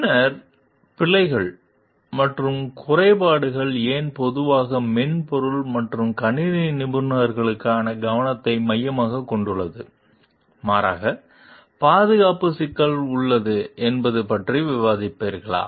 பின்னர் பிழைகள் மற்றும் குறைபாடுகள் ஏன் பொதுவாக மென்பொருள் மற்றும் கணினி நிபுணர்களுக்கான கவனத்தை மையமாகக் கொண்டுள்ளன மாறாக பாதுகாப்பு சிக்கல்கள் உள்ளன என்பது பற்றியும் விவாதிப்பீர்களா